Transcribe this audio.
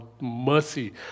mercy